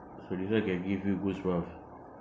so this one can give you goosebumps